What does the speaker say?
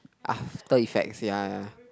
after effects ya ya